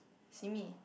simi